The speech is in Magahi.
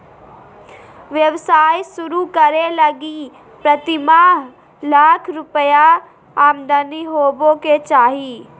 व्यवसाय शुरू करे लगी प्रतिमाह लाख रुपया आमदनी होबो के चाही